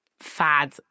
fad